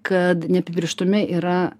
kad neapibrėžtume yra